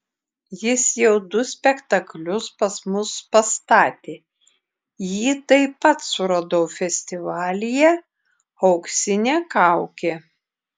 jis jau du spektaklius pas mus pastatė jį taip pat suradau festivalyje auksinė kaukė